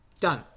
Done